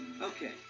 Okay